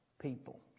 people